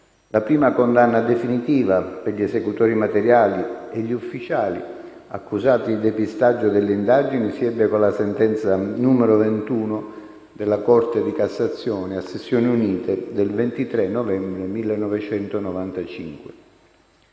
La prima condanna definitiva per gli esecutori materiali e gli ufficiali accusati di depistaggio delle indagini si ebbe con la sentenza n. 21 della Corte di cassazione a sezioni unite del 23 novembre 1995.